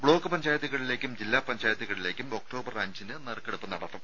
block പഞ്ചായത്തുകളിലേക്കും ജില്ലാ പഞ്ചായത്തുകളിലേക്കും ഒക്ടോബർ അഞ്ചിന് നറുക്കെടുപ്പ് നടത്തും